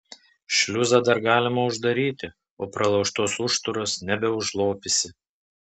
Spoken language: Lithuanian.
šliuzą dar galima uždaryti o pralaužtos užtūros nebeužlopysi